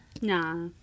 Nah